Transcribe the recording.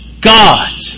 God